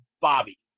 Bobby